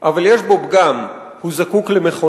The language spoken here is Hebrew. / אבל יש בו פגם: / הוא זקוק למכונאי.